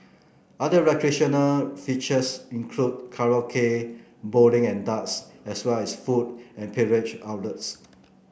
other recreational features include karaoke bowling and darts as well as food and beverage outlets